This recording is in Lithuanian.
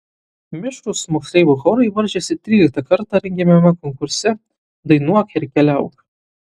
mišrūs moksleivių chorai varžėsi tryliktą kartą rengiamame konkurse dainuok ir keliauk